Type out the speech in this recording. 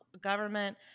government